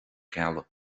ceallaigh